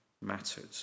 mattered